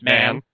Man